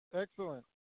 Excellent